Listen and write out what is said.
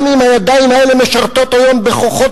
גם אם הידיים האלה משרתות היום בכוחות